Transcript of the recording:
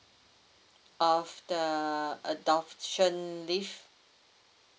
of the adoption leave